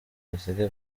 baseke